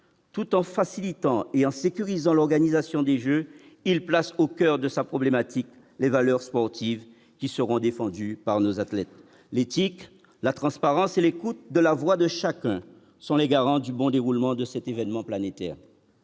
Tout en facilitant et en sécurisant l'organisation des Jeux, il place au coeur de sa problématique, les valeurs sportives qui seront défendus par nos athlètes, l'éthique, la transparence et les écoute de la voix de chacun sont les garants du bon déroulement de cet événement planétaire.